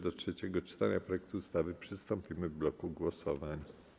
Do trzeciego czytania projektu ustawy przystąpimy w bloku głosowań.